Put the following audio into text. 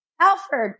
Alfred